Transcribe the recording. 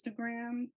Instagram